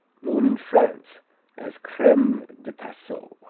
known in france as creme de passau.